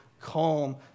calm